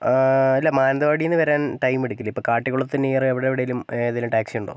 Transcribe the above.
ആ ഇല്ല മാനന്തവാടിയിൽ നിന്ന് വരാൻ ടൈം എടുക്കില്ലേ ഇപ്പോൾ കാട്ടിക്കുളത്തിൻ്റെ നിയർ അവിടെ എവിടേലും ഏതേലും ടാക്സി ഉണ്ടോ